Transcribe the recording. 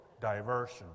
diversion